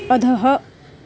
अधः